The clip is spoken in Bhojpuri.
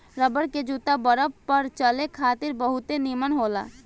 रबर के जूता बरफ पर चले खातिर बहुत निमन होला